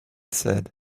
said